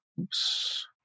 Oops